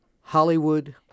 Hollywood